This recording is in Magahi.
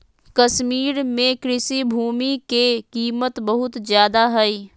कश्मीर में कृषि भूमि के कीमत बहुत ज्यादा हइ